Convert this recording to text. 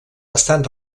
estan